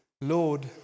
Lord